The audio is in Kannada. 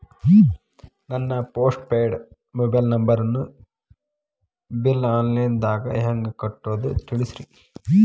ನನ್ನ ಪೋಸ್ಟ್ ಪೇಯ್ಡ್ ಮೊಬೈಲ್ ನಂಬರನ್ನು ಬಿಲ್ ಆನ್ಲೈನ್ ದಾಗ ಹೆಂಗ್ ಕಟ್ಟೋದು ತಿಳಿಸ್ರಿ